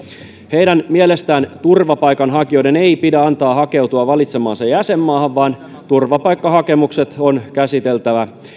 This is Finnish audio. heidän mielestään turvapaikanhakijoiden ei pidä antaa hakeutua valitsemaansa jäsenmaahan vaan turvapaikkahakemukset on käsiteltävä